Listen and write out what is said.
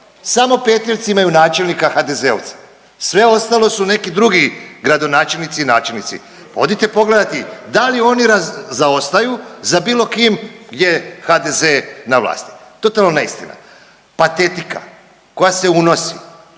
Samo Petrijevci imaju načelnika HDZ-ovca. Sve ostalo su neki drugi gradonačelnici i načelnici. Odite pogledati da li oni zaostaju za bilo kim gdje je HDZ na vlasti. Totalno neistina! Patetika koja se unosi